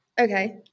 Okay